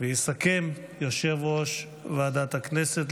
ויסכם יושב-ראש ועדת הכנסת.